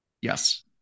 Yes